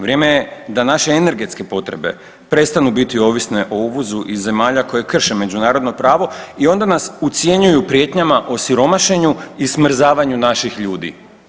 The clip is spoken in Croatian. Vrijeme je da naše energetske potrebe prestanu biti ovisne o uvozu iz zemalja koje krše međunarodno pravo i onda nas ucjenjuju prijetnjama o siromašenju i smrzavanju naših ljudi.